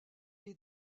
est